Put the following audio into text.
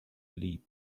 leapt